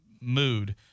mood